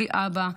בלי אבא,